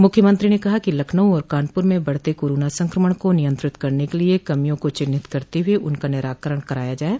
मुख्यमंत्री ने कहा कि लखनऊ और कानपुर में बढ़ते कोरोना संक्रमण को नियंत्रित करने के लिये कमियों को चिन्हित करते हुए उनका निराकरण कराया जाये